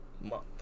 month